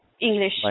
English